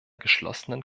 geschlossenen